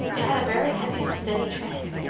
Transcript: it had a very heavy, steady tramp.